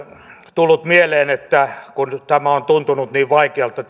tullut mieleen kun tämän kuntoon saaminen on tuntunut niin vaikealta